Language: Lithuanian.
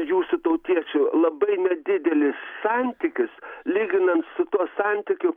jūsų tautiečių labai nedidelis santykis lyginant su tuo santykiu